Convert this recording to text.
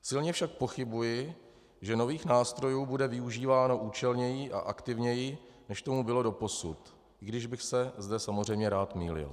Silně však pochybuji, že nových nástrojů bude využíváno účelněji a aktivněji, než tomu bylo doposud, i když bych se zde samozřejmě rád mýlil.